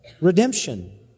redemption